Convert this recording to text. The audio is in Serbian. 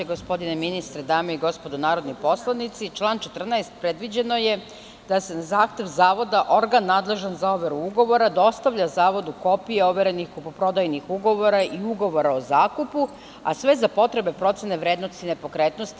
Gospodine ministre, dame i gospodo narodni poslanici, članom 14. predviđeno je da, na zahtev zavoda, organ nadležan za overu ugovora dostavlja zavodu kopije overenih kupoprodajnih ugovora i ugovora o zakupu, a sve za potrebe procene vrednosti nepokretnosti.